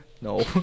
No